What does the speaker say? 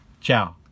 ciao